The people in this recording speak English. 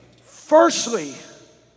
Firstly